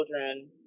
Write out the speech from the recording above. children